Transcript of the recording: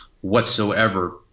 whatsoever